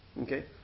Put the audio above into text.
Okay